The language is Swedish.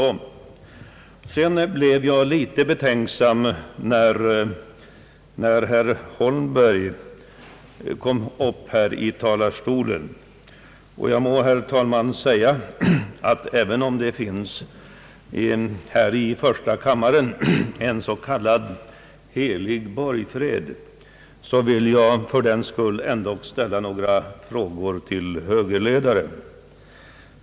Jag blev litet betänksam när herr Holmberg kom upp i talarstolen. Även om det i denna kammare råder en så kallad helig borgfred, vill jag, herr talman, ändock ställa några frågor till högerledaren.